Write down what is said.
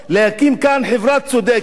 להקים כאן חברה צודקת,